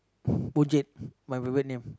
boncet my favourite name